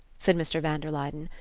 said mr. van der luyden.